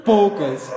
Poucas